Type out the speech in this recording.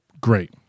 great